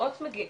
מאות מגיעים,